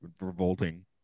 revolting